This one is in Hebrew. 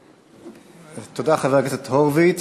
תודה, חבר הכנסת הורוביץ.